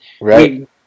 Right